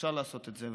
אפשר לעשות את זה,